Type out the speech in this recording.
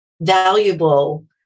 valuable